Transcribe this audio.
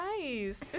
nice